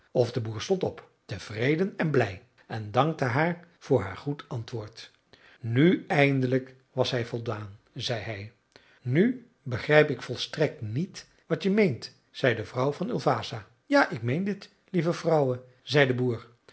of de boer stond op tevreden en blij en dankte haar voor haar goed antwoord nu eindelijk was hij voldaan zei hij nu begrijp ik volstrekt niet wat je meent zei de vrouw van ulvasa ja ik meen dit lieve vrouwe zei de boer